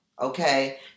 Okay